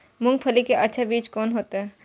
मूंगफली के अच्छा बीज कोन होते?